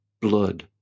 blood